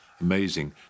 amazing